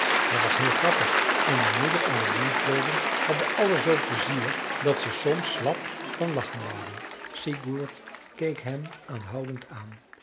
hij was heel grappig en de moeder en de dienstboden hadden allen zoo'n pleizier dat ze soms slap van lachen waren sigurd keek hem aanhoudend aan